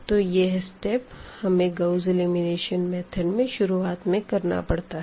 तो यह स्टेप हमें गाउस एलिमिनेशन मेथड में शुरुआत में करना पड़ता है